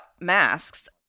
masks